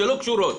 שלא קשורות